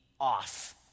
off